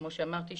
כמו שאמרתי,